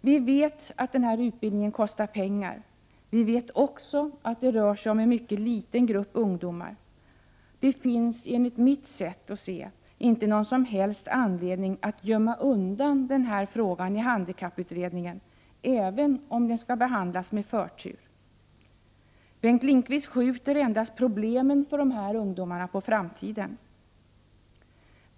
Vi vet att utbildningen kostar pengar. Vi vet också att det rör sig om en mycket liten grupp ungdomar. Det finns, enligt mitt sätt att se, inte någon som helst anledning att gömma den här frågan i handikapputredningen, även om frågan skall behandlas med förtur. Bengt Lindqvist skjuter endast dessa ungdomars problem på framtiden.